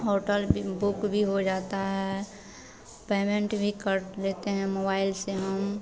hotel भी book भी हो जाता है पेमेन्ट भी कर लेते हैं मोबाइल से हम